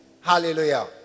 Hallelujah